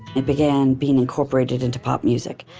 it began being incorporated into pop music,